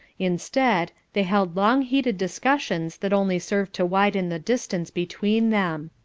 instead, they held long heated discussions that only served to widen the distance between them.